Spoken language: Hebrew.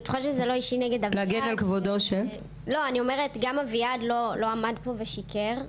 גם אביעד לא עמד פה ושיקר.